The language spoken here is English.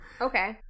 Okay